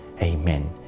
amen